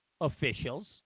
officials